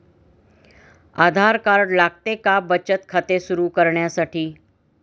आधार card लागते का बचत खाते सुरू करण्यासाठी?